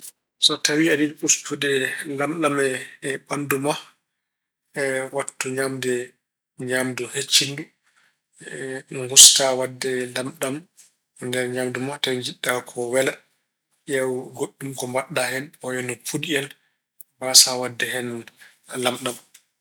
So tawi aɗa yiɗi ustude lamɗam e ɓanndu ma, waɗtu ñaamde ñaamdu hecciɗndu, ngusta waɗde lamɗam e nder ñaamdu ma. Tawi njiɗɗa ko wela, ƴeew goɗɗum ko mbaɗɗa hen wayno puɗi en, mbasaa waɗde hen lamɗam.